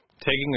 Taking